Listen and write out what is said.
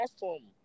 awesome